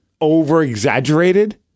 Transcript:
over-exaggerated